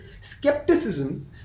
skepticism